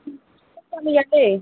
ছোট্ট মেয়ে আছে